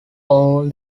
all